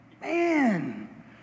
man